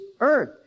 earth